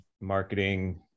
marketing